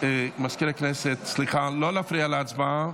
סליחה, לא להפריע להצבעה,